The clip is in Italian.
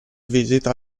visita